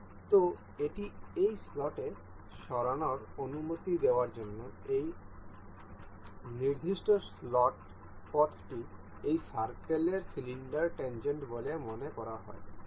সুতরাং এটি এই স্লটে সরানোর অনুমতি দেওয়ার জন্য এই নির্দিষ্ট স্লট পথটি এই সার্কেলের সিলিন্ডারের ট্যাংগেন্ট বলে মনে করা হয়